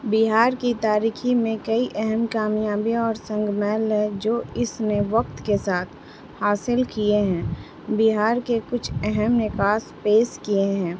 بہار کی تارخی میں کئی اہم کامیابیاں اور سنگمیل ہیں جو اس نے وقت کے ساتھ حاصل کیے ہیں بہار کے کچھ اہم نکاس پیش کیے ہیں